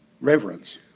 Reverence